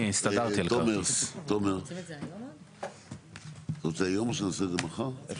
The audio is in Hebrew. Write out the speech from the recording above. אותו אדם מבוגר יבוא עם עורך דין והוא יגיד לא שזה לא מנוסח נכון.